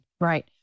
Right